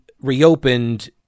reopened